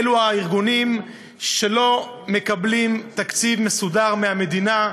הארגונים שלא מקבלים תקציב מסודר מהמדינה.